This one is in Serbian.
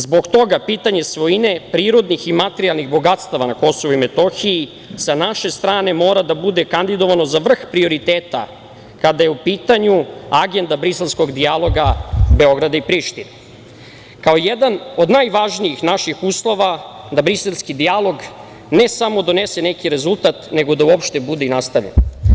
Zbog toga pitanje svojine prirodnih i materijalnih bogatstava na Kosovu i Metohiji sa naše strane mora da bude kandidovano za vrh prioriteta, kada je u pitanju agenda briselskog dijaloga Beograda i Prištine, kao jedan od najvažnijih naših uslova da briselski dijalog ne samo donese neki rezultat, nego da uopšte bude i nastavljen.